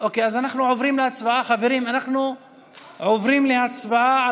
אנחנו עוברים להצבעה.